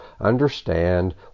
understand